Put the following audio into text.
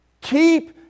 keep